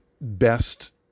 best